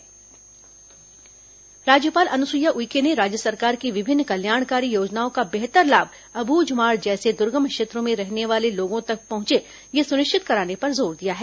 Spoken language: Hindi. राज्यपाल नारायणपुर राज्यपाल अनुसुईया उइके ने राज्य सरकार की विभिन्न कल्याणकारी योजनाओं का बेहतर लाभ अब्झमाड़ जैसे दुर्गम क्षेत्रों में रहने वाले लोगों तक पहुंचे यह सुनिश्चित कराने पर जोर दिया है